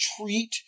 treat